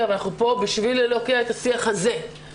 ואנחנו כאן כדי להוקיע את השיח הזה.